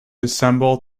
assembled